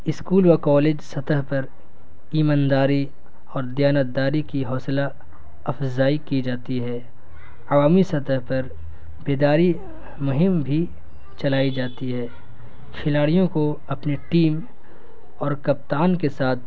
school و college سطح پر ایمان داری اور دیانت داری کی حوصلہ افزائی کی جاتی ہے عوامی سطح پر بیداری مہم بھی چلائی جاتی ہے کھلاڑیوں کو اپنے ٹیم اور کپتان کے ساتھ